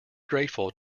grateful